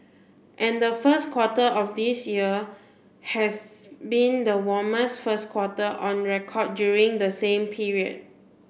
and the first quarter of this year has been the warmest first quarter on record during the same period